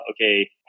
okay